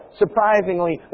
surprisingly